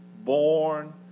born